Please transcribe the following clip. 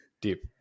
deep